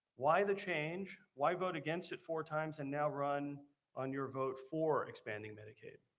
why the change, why vote against it four times and now run on your vote for expanding medicaid?